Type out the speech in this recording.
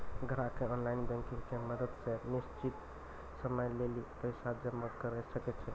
ग्राहकें online banking के मदत से निश्चित समय लेली पैसा जमा करै सकै छै